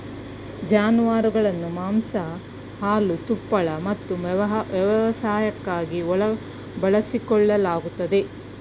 ಜಾನುವಾರುಗಳನ್ನು ಮಾಂಸ ಹಾಲು ತುಪ್ಪಳ ಮತ್ತು ವ್ಯವಸಾಯಕ್ಕಾಗಿ ಬಳಸಿಕೊಳ್ಳಲಾಗುತ್ತದೆ